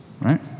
right